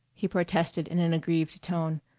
he protested in an aggrieved tone,